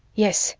yes,